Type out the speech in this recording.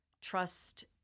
trust